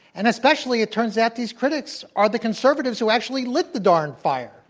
and especially, it turns out, these critics are the conservatives who actually lit the darn fire.